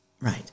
right